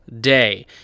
day